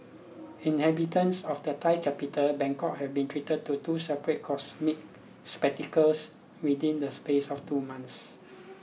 inhabitants of the Thai capital Bangkok have been treated to two separate cosmic spectacles within the space of two months